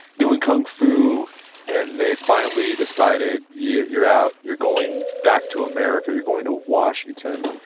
doing kung fu and they finally decided, you're you're out. you're going back to america. you're going to washington.